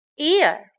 ear